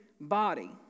body